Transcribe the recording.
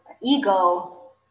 ego